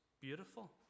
beautiful